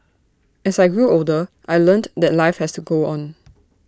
as I grew older I learnt that life has to go on